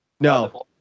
No